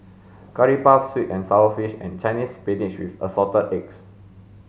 curry puff sweet and sour fish and Chinese spinach with assorted eggs